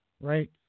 right